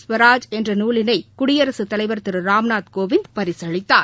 ஸ்வராஜ் என்ற நூலினைகுடியரசுதலைவர் திருராம்நாத் கோவிந்த் பரிசளித்தார்